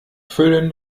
füllen